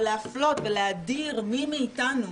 להפלות ולהדיר מי מאתנו,